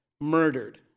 murdered